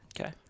Okay